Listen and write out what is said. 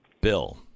bill